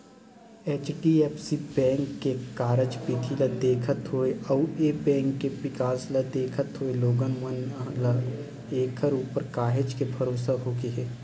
HDFC bank के कारज बिधि ल देखत होय अउ ए बेंक के बिकास ल देखत होय लोगन मन ल ऐखर ऊपर काहेच के भरोसा होगे हे